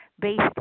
based